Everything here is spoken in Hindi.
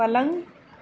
पलंग